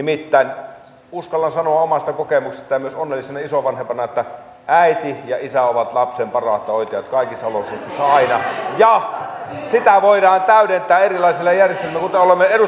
nimittäin uskallan sanoa omasta kokemuksesta ja myös onnellisena isovanhempana että äiti ja isä ovat lapsen parasta oikeutta kaikissa olosuhteissa aina ja sitä voidaan täydentää erilaisilla järjestelmillä